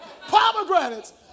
Pomegranates